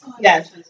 Yes